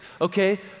okay